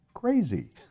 crazy